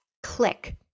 Click